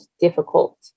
difficult